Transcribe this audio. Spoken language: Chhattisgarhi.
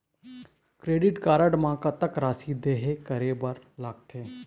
क्रेडिट कारड म कतक राशि देहे करे बर लगथे?